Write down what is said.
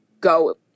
go